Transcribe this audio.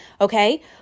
okay